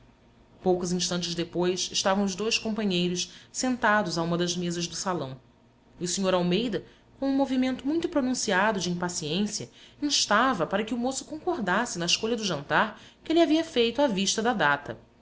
poucos instantes depois estavam os dois companheiros sentados a uma das mesas do salão e o sr almeida com um movimento muito pronunciado de impaciência instava para que o moço concordasse na escolha do jantar que ele havia feito à vista da data